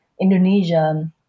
Indonesia